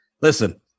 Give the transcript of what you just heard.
Listen